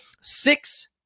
six